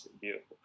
beautiful